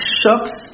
shocks